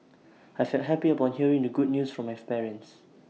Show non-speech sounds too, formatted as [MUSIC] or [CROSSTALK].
I felt happy upon hearing the good news from my [UNINTELLIGIBLE] parents